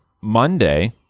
Monday